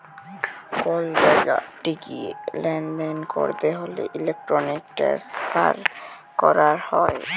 call জায়গা ঠেকিয়ে লালদেল ক্যরতে হ্যলে ইলেক্ট্রনিক ট্রান্সফার ক্যরাক হ্যয়